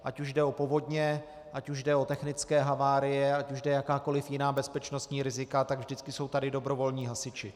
Ať už jde o povodně, ať už jde o technické havárie, ať jde o jakákoliv jiná bezpečnostní rizika, tak vždycky jsou tady dobrovolní hasiči.